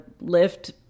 lift